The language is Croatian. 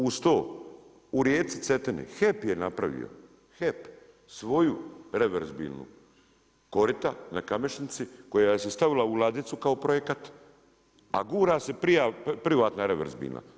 Uz to, u rijeci Cetini, HEP je napravio svoja reverzibilna korita na Kamešnici koja se stavila u ladicu kao projekat, a gura se privatna reverzibilna.